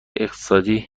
اقتصادی